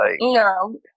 No